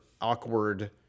awkward